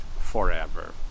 forever